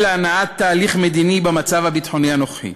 להנעת תהליך מדיני במצב הביטחוני הנוכחי,